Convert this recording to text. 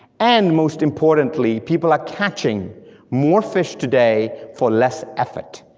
and most importantly, people are catching more fish today for less effort,